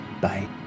Bye